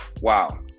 Wow